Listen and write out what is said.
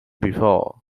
before